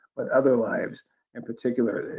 but other lives in particular,